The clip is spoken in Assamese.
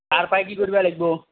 তাৰ পাই কি কৰিব লাগিব